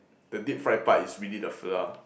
the deep fried part is really the flour